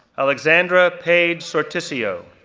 alexandra paige sortisio,